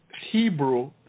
Hebrew